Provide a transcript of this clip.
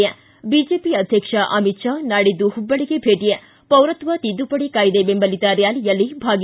ಿ ಬಿಜೆಪಿ ಅಧ್ಯಕ್ಷ ಅಮಿತ್ ಶಾ ನಾಡಿದ್ದು ಹುಬ್ಬಳ್ಳಗೆ ಭೇಟ ಪೌರತ್ವ ತಿದ್ದುಪಡಿ ಕಾಯ್ದೆ ಬೆಂಬಲಿತ ರ್ಯಾಲಿಯಲ್ಲಿ ಭಾಗಿ